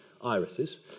irises